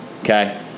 okay